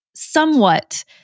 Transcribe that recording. somewhat